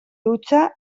dutxa